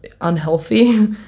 unhealthy